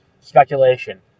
speculation